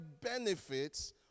benefits